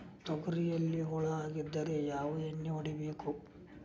ತೊಗರಿಯಲ್ಲಿ ಹುಳ ಆಗಿದ್ದರೆ ಯಾವ ಎಣ್ಣೆ ಹೊಡಿಬೇಕು?